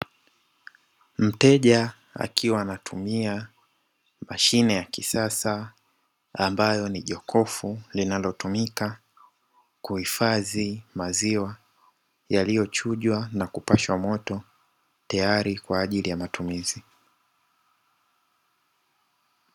Mteja akiwa anatumia mashine ya kisasa ambayo ni jokofu, linalotumika kuhifadhi maziwa yaliyochujwa na kupashwa moto tayari kwaajili ya matumizi.